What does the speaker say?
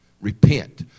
repent